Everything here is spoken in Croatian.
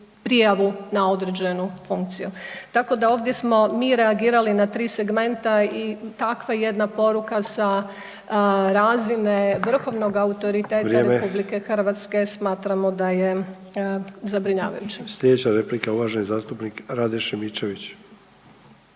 na određenu funkciju. Tako da ovdje smo mi reagirali na tri segmenta i takva jedna poruka sa razine vrhovnog autoriteta RH smatramo da je zabrinjavajuća. **Sanader, Ante (HDZ)** Vrijeme.